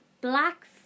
Black